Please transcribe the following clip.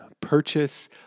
purchase